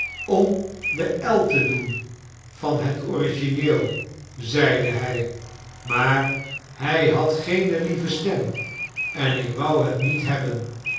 om de l te doen van het origineel zeide hy maar hy had geene lieve stem en ik wou het niet hebben